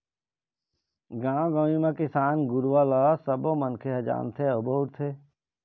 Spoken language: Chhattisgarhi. गाँव गंवई म किसान गुरूवा ल सबो मनखे ह जानथे अउ बउरथे